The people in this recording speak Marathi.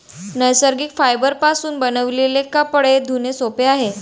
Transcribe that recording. नैसर्गिक फायबरपासून बनविलेले कपडे धुणे सोपे आहे